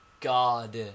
God